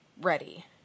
ready